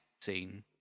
scene